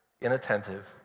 inattentive